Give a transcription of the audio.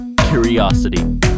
curiosity